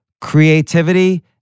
creativity